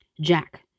Jack